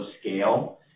scale